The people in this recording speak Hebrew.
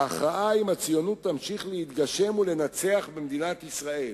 ההכרעה אם הציונות תמשיך להתגשם ולנצח במדינת ישראל,